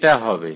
এটা হবে